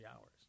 hours